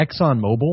ExxonMobil